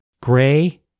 gray